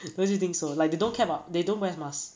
don't you think so like they don't care about they don't wear masks